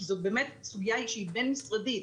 כי זאת באמת סוגיה שהיא בין-משרדית,